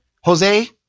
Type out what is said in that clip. Jose